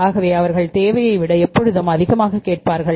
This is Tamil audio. ஆகவே இவர்கள் தேவையைவிட எப்பொழுதும் அதிகமாக கேட்பார்கள்